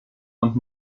und